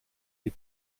die